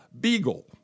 beagle